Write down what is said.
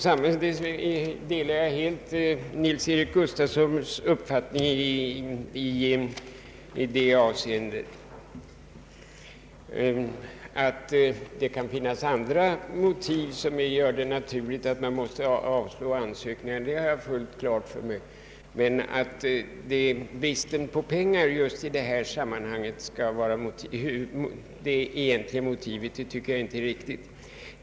Jag delar helt herr Nils-Eric Gustafssons uppfattning i det avseendet. Jag har fullständigt klart för mig att det kan finnas andra motiv som gör det naturligt att avslå ansökningar, men jag anser inte att det är riktigt att bristen på pengar just i detta sammanhang skall vara det egentliga motivet.